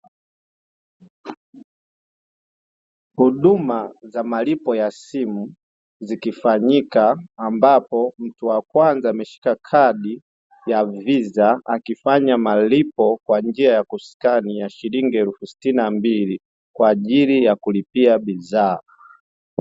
Huduma za malipo ya simu zikifanyika ambapo mtu wa kwanza ameshika kadi ya “visa”, akifanya malipo kwa njia ya kusikani ya shilingi elfu sitini na mbili kwaajili ya kulipia bidhaa.